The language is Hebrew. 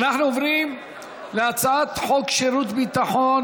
אנחנו עוברים להצעת חוק שירות ביטחון